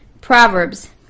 Proverbs